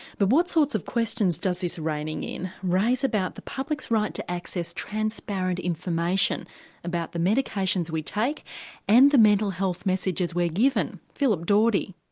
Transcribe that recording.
but what sorts of questions does this reining in raise about the public's right to access transparent information about the medications we take and the mental health messages we're given? philip dawdy.